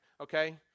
okay